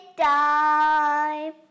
time